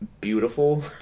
beautiful